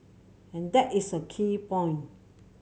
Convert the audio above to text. and that is a key point